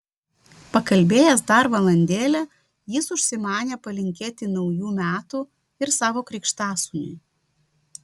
pakalbėjęs dar valandėlę jis užsimanė palinkėti naujų metų ir savo krikštasūniui